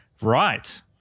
right